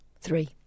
Three